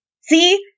see